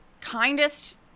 kindest